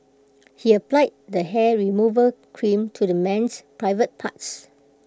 he applied the hair removal cream to the man's private parts